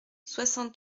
soixante